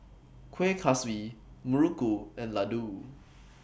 Kuih Kaswi Muruku and Laddu